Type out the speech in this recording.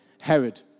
Herod